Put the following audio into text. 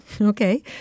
Okay